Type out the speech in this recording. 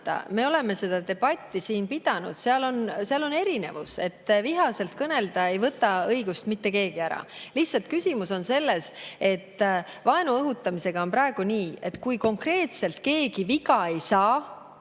Me oleme seda debatti siin pidanud. Seal on erinevus. Õigust vihaselt kõnelda ei võta mitte keegi ära. Küsimus on lihtsalt selles, et vaenu õhutamisega on praegu nii, et kui konkreetselt keegi viga ei saa,